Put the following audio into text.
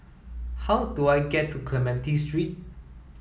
how do I get to Clementi Street